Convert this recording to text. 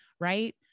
right